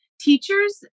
teachers